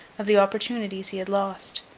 of the opportunities he had lost,